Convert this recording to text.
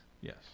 Yes